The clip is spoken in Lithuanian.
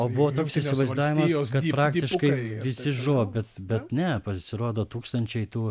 o buvo toks įsivaizdavimas kad praktiškai visi žuvo bet bet ne pasirodo tūkstančiai tų